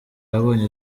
yabonye